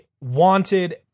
wanted